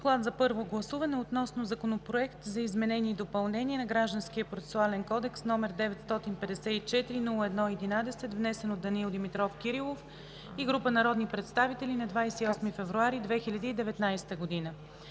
към гласуване на Законопроект за изменение и допълнение на Гражданския процесуален кодекс, № 954-01-11, внесен от Данаил Димитров Кирилов и група народни представители на 28 февруари 2019 г.